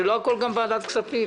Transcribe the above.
גם לא הכול הוא ועדת הכספים.